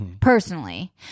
Personally